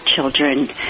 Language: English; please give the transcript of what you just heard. children